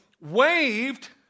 waved